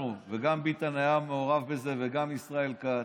וגם ביטן היה מעורב בזה וגם ישראל כץ,